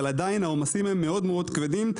אבל עדיין העומסים הם מאוד מאוד כבדים.